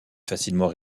facilement